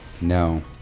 No